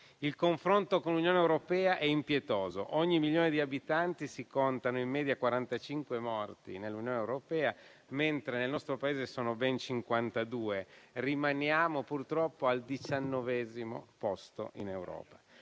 Il confronto con l'Unione europea è impietoso: per ogni milione di abitanti si contano in media 45 morti nell'Unione europea, mentre nel nostro Paese sono ben 52. Rimaniamo purtroppo al diciannovesimo posto in Europa.